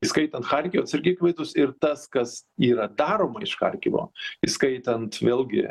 įskaitant charkivas irgi klaidus ir tas kas yra daroma iš charkivo įskaitant vėlgi